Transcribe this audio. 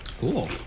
Cool